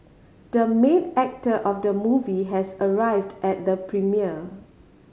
the main actor of the movie has arrived at the premiere